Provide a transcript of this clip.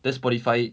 just Spotify it